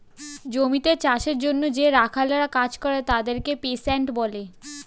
জমিতে চাষের জন্যে যে রাখালরা কাজ করে তাদেরকে পেস্যান্ট বলে